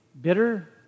bitter